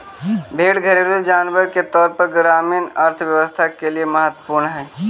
भेंड़ घरेलू जानवर के तौर पर ग्रामीण अर्थव्यवस्था के लिए महत्त्वपूर्ण हई